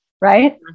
right